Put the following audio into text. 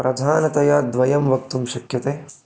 प्रधानतया द्वयं वक्तुं शक्यते